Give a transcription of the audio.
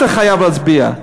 אתה חייב להצביע.